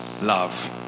Love